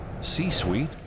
C-Suite